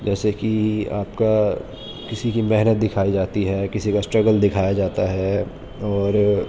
جیسے کہ آپ کا کسی کی محنت دکھائی جاتی ہے کسی کا اسٹرگل دکھایا جاتا ہے اور